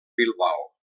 bilbao